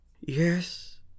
Yes